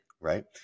right